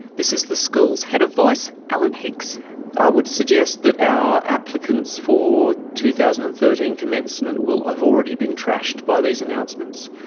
this is the school's head of voice, alan hicks i would suggest that our applicants for two thousand and thirteen commencement will have already been trashed by these announcements.